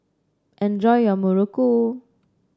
enjoy your Muruku